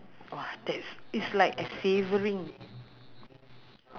uh uh at lorong lorong two I think